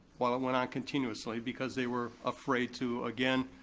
while it went on continuously because they were afraid to, again,